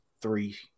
three